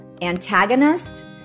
antagonist